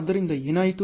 ಆದ್ದರಿಂದ ಏನಾಯಿತು